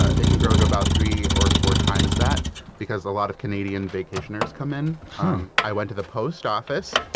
ah it can grow to about three or four times that because a lot of canadian vacationers come in hm um i went to the post office